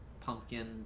pumpkin